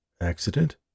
Accident